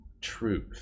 truth